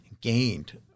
gained